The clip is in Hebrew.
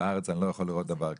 בארץ אני לא יכול לראות דבר כזה.